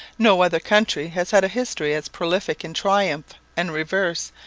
no other country has had a history as prolific in triumph and reverse,